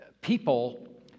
people